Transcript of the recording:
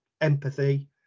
empathy